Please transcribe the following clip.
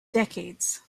decades